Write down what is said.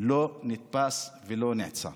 לא נתפס ולא נעצר.